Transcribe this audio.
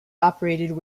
operated